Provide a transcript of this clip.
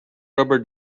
rubber